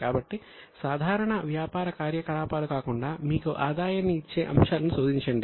కాబట్టి సాధారణ వ్యాపార కార్యకలాపాలు కాకుండా మీకు ఆదాయాన్ని ఇచ్చే అంశాలను శోధించండి